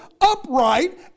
upright